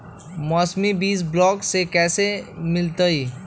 मौसमी बीज ब्लॉक से कैसे मिलताई?